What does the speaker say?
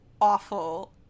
awful